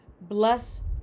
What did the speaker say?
bless